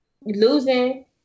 losing